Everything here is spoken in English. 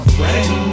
friend